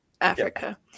Africa